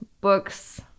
books